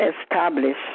establish